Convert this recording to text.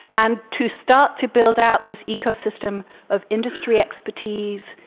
and to start to build out this ecosystem of industry expertise,